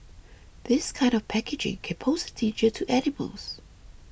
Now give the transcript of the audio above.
this kind of packaging can pose a danger to animals